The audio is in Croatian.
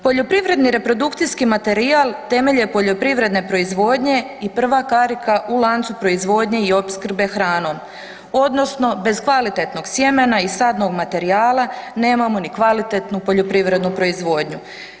Poljoprivredni reprodukcijski materijal temelj je poljoprivredne proizvodnje i prva karika u lancu proizvodnje i opskrbe hranom odnosno bez kvalitetnog sjemena i sadnog materijala nemamo ni kvalitetnu poljoprivrednu proizvodnju.